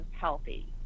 healthy